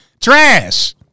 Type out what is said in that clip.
trash